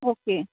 okay